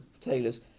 Tailors